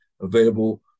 available